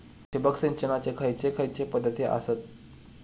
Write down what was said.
ठिबक सिंचनाचे खैयचे खैयचे पध्दती आसत?